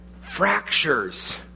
fractures